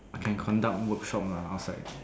I can conduct workshop lah outside